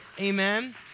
Amen